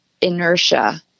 inertia